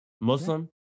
Muslim